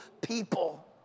people